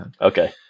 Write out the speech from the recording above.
okay